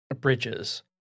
bridges